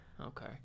okay